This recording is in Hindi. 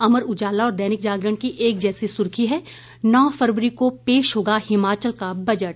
अमर उजाला और दैनिक जागरण की एक जैसी सुर्खी है नौ फरवरी को पेश होगा हिमाचल का बजट